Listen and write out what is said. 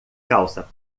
calça